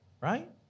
right